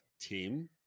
Team